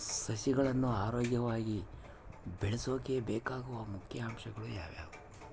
ಸಸಿಗಳನ್ನು ಆರೋಗ್ಯವಾಗಿ ಬೆಳಸೊಕೆ ಬೇಕಾಗುವ ಮುಖ್ಯ ಅಂಶಗಳು ಯಾವವು?